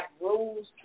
rules